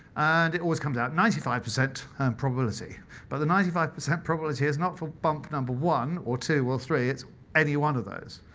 and it always comes out ninety five percent probability but the ninety five percent probability is not for bump number one or two or three, it's any one of those.